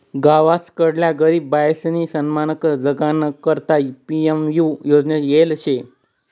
गावसकडल्या गरीब बायीसनी सन्मानकन जगाना करता पी.एम.यु योजना येल शे